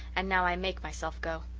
and now i make myself go.